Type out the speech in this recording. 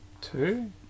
two